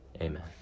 Amen